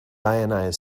ionized